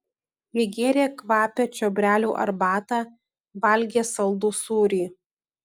jie gėrė kvapią čiobrelių arbatą valgė saldų sūrį